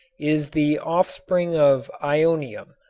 is the offspring of ionium,